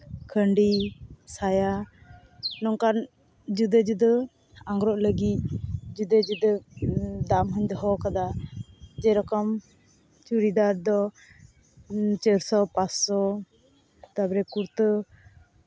ᱠᱷᱟᱹᱰᱤ ᱥᱟᱭᱟ ᱱᱚᱝᱠᱟᱱ ᱡᱩᱫᱟᱹ ᱡᱩᱫᱟᱹ ᱟᱝᱜᱽᱨᱚᱵᱽ ᱞᱟᱹᱜᱤᱫ ᱡᱩᱫᱟᱹ ᱡᱩᱫᱟᱹ ᱫᱟᱢ ᱦᱚᱧ ᱫᱚᱦᱚᱣ ᱠᱟᱫᱟ ᱡᱮᱨᱚᱠᱚᱢ ᱪᱩᱲᱤᱫᱟᱨ ᱫᱚ ᱪᱟᱨᱥᱚ ᱯᱟᱸᱥᱥᱳ ᱛᱟᱨᱯᱚᱨ ᱠᱩᱨᱛᱟᱹ